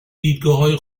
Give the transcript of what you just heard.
دیدگاههای